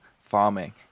farming